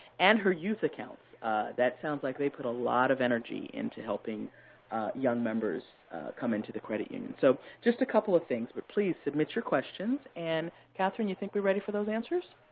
and her youth accounts that sounds like they put a lot of energy into helping young members come into the credit union. so just a couple of things, but please, submit your questions. and kathryn, you think we're ready for those answers?